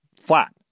flat